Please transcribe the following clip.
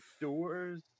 doors